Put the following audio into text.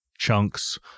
chunks